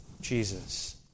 Jesus